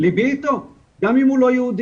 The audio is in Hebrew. ליבי אתו, גם אם הוא לא יהודי.